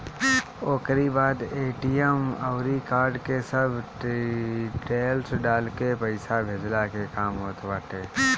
ओकरी बाद ए.टी.एम अउरी कार्ड के सब डिटेल्स डालके पईसा भेजला के काम होत बाटे